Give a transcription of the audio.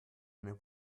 eine